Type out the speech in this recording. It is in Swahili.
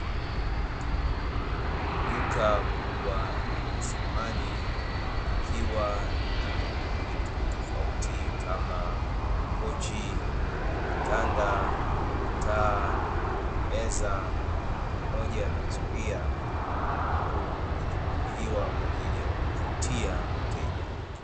Duka kubwa la samani, likiwa na vitu tofauti kama makochi, vitanda, taa, meza pamoja na zulia huku vikipangiliwa kwaajili ya kumvutia mteja.